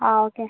ആ ഓക്കെ